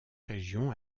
région